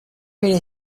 create